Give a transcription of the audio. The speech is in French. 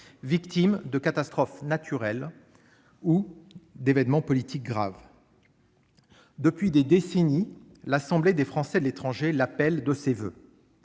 victimes de catastrophes naturelles ou d'événements politiques graves. Depuis des décennies, l'Assemblée des Français de l'étranger l'appelle de ses voeux.